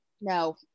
No